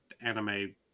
anime